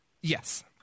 Yes